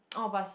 oh but she